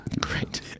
Great